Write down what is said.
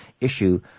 issue